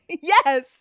yes